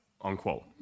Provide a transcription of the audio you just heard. Unquote